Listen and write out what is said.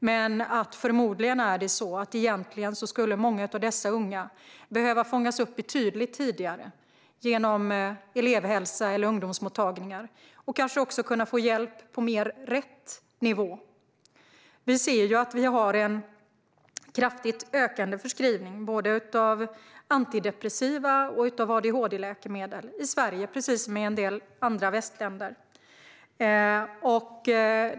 Men förmodligen skulle många av dessa unga egentligen behöva fångas upp betydligt tidigare genom elevhälsa eller ungdomsmottagningar. Då skulle de kanske också kunna få hjälp på en mer lämplig nivå. Vi ser att förskrivningen av såväl antidepressiva läkemedel som adhd-läkemedel är kraftigt ökande i Sverige, precis som i en del andra västländer.